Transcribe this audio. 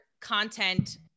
content